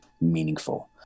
meaningful